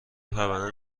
پرنده